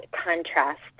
contrast